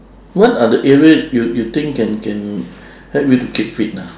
what are the area you you think can can help you to keep fit ah